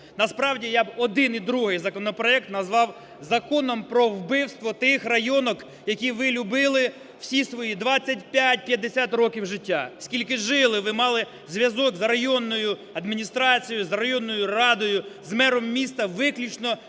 Насправді я б один і другий законопроекти назвав законом про вбивство тих "районок", які ви любили всі свої 25-50 років життя. Скільки жили, ви мали зв'язок з районною адміністрацією, з районною радою, з мером міста виключно